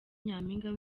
nyampinga